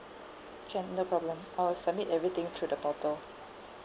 can no problem I will submit everything through the portal